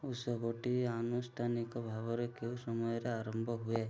ଉତ୍ସବଟି ଆନୁଷ୍ଠାନିକ ଭାବରେ କେଉଁ ସମୟରେ ଆରମ୍ଭ ହୁଏ